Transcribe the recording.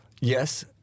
Yes